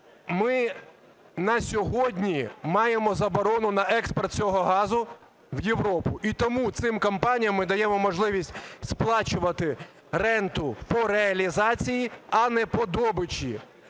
Ми на сьогодні маємо заборону на експорт цього газу в Європу. І тому цим компаніям ми даємо можливість сплачувати ренту по реалізації, а не по добичі.